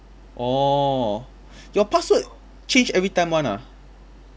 orh your password change everytime [one] ah